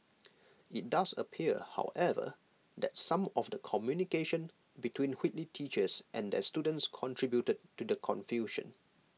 IT does appear however that some of the communication between Whitley teachers and their students contributed to the confusion